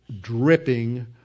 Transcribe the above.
dripping